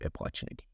opportunity